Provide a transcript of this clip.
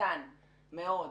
קטן מאוד.